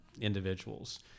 individuals